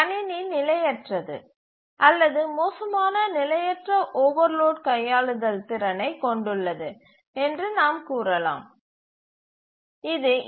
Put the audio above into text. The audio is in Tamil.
கணினி நிலையற்றது அல்லது மோசமான நிலையற்ற ஓவர்லோட் கையாளுதல் திறனைக் கொண்டுள்ளது என்று நாம் கூறலாம் இது ஈ